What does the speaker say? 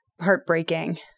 heartbreaking